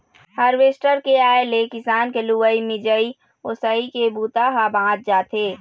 harvester के आए ले किसान के लुवई, मिंजई, ओसई के बूता ह बाँच जाथे